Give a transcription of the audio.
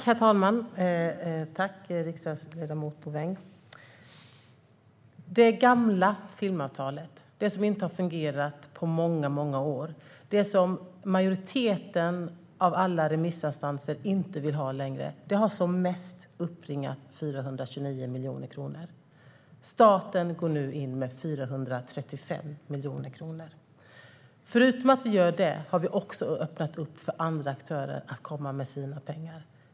Herr talman! Riksdagsledamot Bouveng! Det gamla filmavtalet, som inte har fungerat på många år och som majoriteten av remissinstanserna inte längre vill ha, har som mest inbringat 429 miljoner kronor. Staten går nu in med 435 miljoner kronor. Förutom att vi gör detta har vi öppnat för andra aktörer att komma med sina pengar.